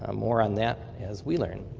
ah more on that as we learn.